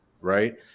right